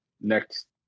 next